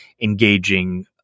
engaging